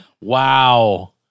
Wow